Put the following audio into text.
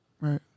Right